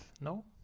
no